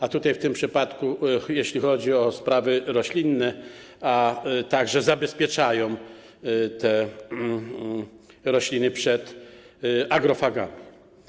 A tutaj, w tym przypadku, jeśli chodzi o sprawy roślinne, to także zabezpiecza te rośliny przed agrofagami.